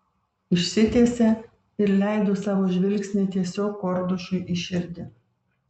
išsitiesė ir leido savo žvilgsnį tiesiog kordušui į širdį